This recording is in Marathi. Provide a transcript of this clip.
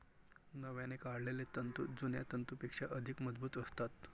नव्याने काढलेले तंतू जुन्या तंतूंपेक्षा अधिक मजबूत असतात